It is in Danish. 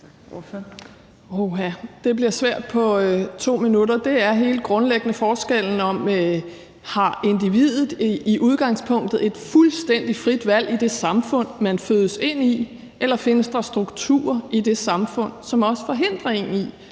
at svare på det på 2 minutter. Det er helt grundlæggende et spørgsmål om, om individet i udgangspunktet har et fuldstændig frit valg i det samfund, man fødes ind i, eller om der findes strukturer i det samfund, som også forhindrer en i